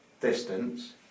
distance